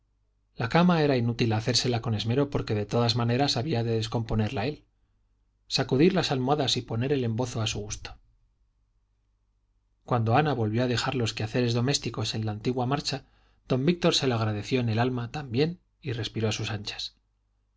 la cama era inútil hacérsela con esmero porque de todas maneras había de descomponerla él sacudir las almohadas y poner el embozo a su gusto cuando ana volvió a dejar los quehaceres domésticos en la antigua marcha don víctor se lo agradeció en el alma también y respiro a sus anchas